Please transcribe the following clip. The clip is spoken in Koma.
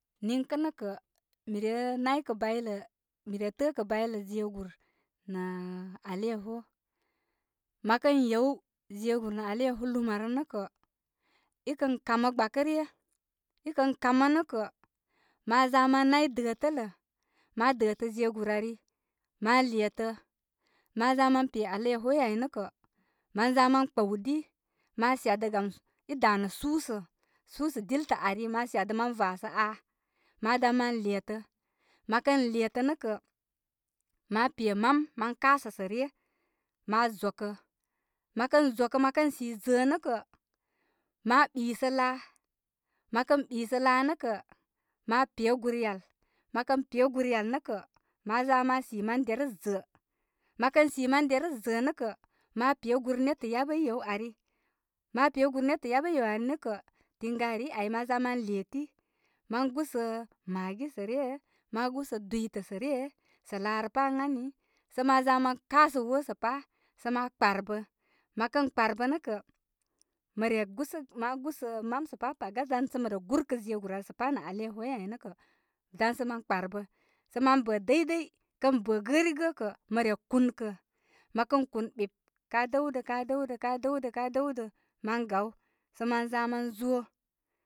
Niŋkə nə kə' mi re naykə baylə mi re tə'ə' kə baylə jegur na alaiyaho ma kən yew jegur nə alaiyaho luumarə kə i kən kamə gbakəryə i kan kamə nə' kə, ma za ma nay dətələ ma dətə jegur ari ma letə, ma za pe alaiyahoi ai nə kə mən maza mə kpəwdi ma shadə gam i danə susə, susə, diltə ari ma shadə ma vasə aa ma dan ma letə ma kən letə nə kə, ma pe mam ma kasə sə ryə ma joko mə kə jokə məkən sa zəə' nə kə, ma ɓisə laa mə kə ɓisə laa nə kə pe gur yal mə kə pe gur yal nə' kə, ma za ma si man derə zəə mə kən si man derə zəə mi kə' ma pe gur netə yabə i yew ari ma pe gur netə yabə i yew ari nə kə tiŋgarii ai ma za ma leti ma gusə maggi sə ryə ma gusə dwitə sə ryə, sə lad rə pa ən ani sə ma za ma kasə woo sə pā sə ma kparbə mə kə kparbə nə kə mə re gusəgə, ma gusə mam sə pa paga dan sə mə re gunkə jegur pa nə alaiyaho ai nə kə dan sə ma kparbə sə man bo dayday kən bə gərigə kə ma re mə re kunkə mə kə kur ɓip ka dəwdə, kadəwdə ka dəwdə kadəwdə man gaw sə maza ma zo.